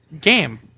game